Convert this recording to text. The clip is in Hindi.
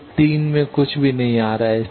पोर्ट 3 में कुछ भी नहीं आ रहा है